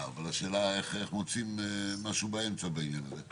אבל אני גם לא רוצה להיות במצב שהחלטות יתקבלו בנושא שלא היה נוכחות של